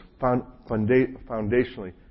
foundationally